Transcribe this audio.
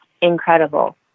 incredible